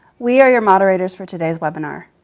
we are your moderators for today's webinar.